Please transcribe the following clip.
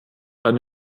eine